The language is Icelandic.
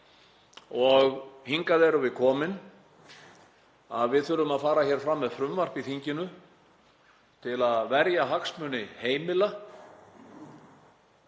og hingað erum við komin. Við þurfum að fara fram með frumvarp í þinginu til að verja hagsmuni heimila